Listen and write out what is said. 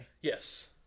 yes